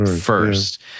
first